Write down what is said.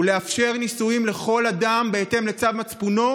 הוא לאפשר נישואים לכל אדם בהתאם לצו מצפונו,